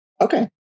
Okay